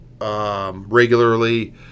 Regularly